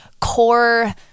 core